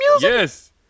Yes